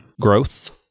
growth